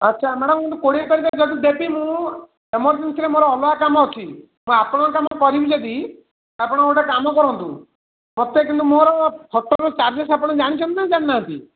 ଆଚ୍ଛା ମ୍ୟାଡ଼ାମ୍ ଗୋଟେ କୋଡ଼ିଏ ତାରିଖ ଯଦି ଦେବି ମୁଁ ଏମର୍ଜେନ୍ସି ମୋର ଅଲଗା କାମ ଅଛି ମୁଁ ଆପଣଙ୍କ କାମ କରିବି ଯଦି ଆପଣ ଗୋଟେ କାମ କରନ୍ତୁ ମୋତେ କିନ୍ତୁ ମୋର ଫଟୋର ଚାର୍ଜେସ୍ ଆପଣ ଜାଣିଛନ୍ତି ନା ଜାଣିନାହାନ୍ତି